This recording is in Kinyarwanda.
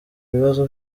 bibazo